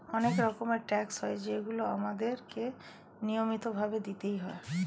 অনেক রকমের ট্যাক্স হয় যেগুলো আমাদের কে নিয়মিত ভাবে দিতেই হয়